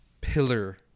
pillar